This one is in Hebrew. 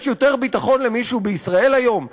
יש יותר ביטחון למישהו בישראל היום,